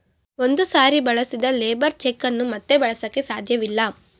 ಒಂದು ಸಾರಿ ಬಳಸಿದ ಲೇಬರ್ ಚೆಕ್ ಅನ್ನು ಮತ್ತೆ ಬಳಸಕೆ ಸಾಧ್ಯವಿಲ್ಲ